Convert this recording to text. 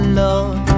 love